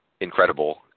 incredible